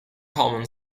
common